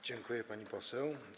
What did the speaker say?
Dziękuję, pani poseł.